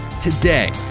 today